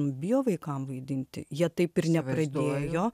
bijo vaikam vaidinti jie taip ir nepradėjo